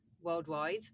worldwide